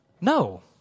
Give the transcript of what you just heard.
No